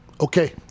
okay